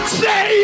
say